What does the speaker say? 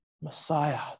Messiah